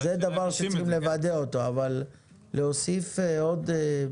זה דבר שצריכים לוודא אותו, אבל להוסיף עוד.